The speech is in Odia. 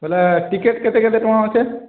ବୋଇଲେ ଟିକେଟ୍ କେତେ କେତେ ଟଙ୍କା ଅଛେଁ